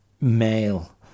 male